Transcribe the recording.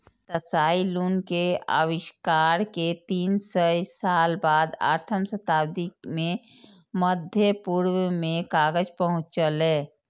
Tsai Lun के आविष्कार के तीन सय साल बाद आठम शताब्दी मे मध्य पूर्व मे कागज पहुंचलै